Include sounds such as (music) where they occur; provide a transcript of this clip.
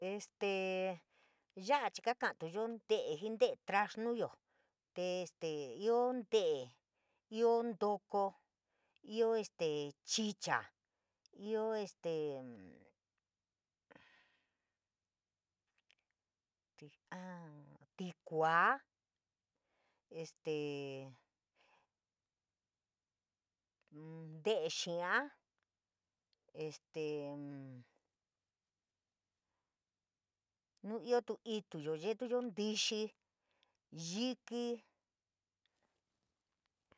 Te este ya’a chii ka kantuyo nte’e jii te’e trasnuyo, te este ioo nte’e, ioo ntoko ioo este chicha, ioo este (hesitation) nu iootu ituyo yeetuyo ntíxí, yikí.